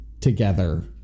together